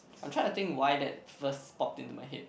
I'm try to think why that first pop into my head